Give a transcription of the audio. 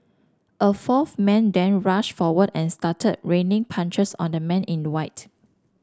a fourth man then rushed forward and started raining punches on the man in the white